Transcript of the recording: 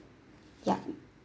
yup